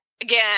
again